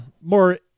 more, –